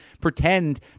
pretend